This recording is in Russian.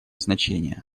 значение